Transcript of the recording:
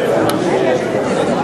היות שאני הייתי גם בחקיקת החוק וגם ביישומו,